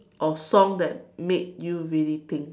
or song that made you really think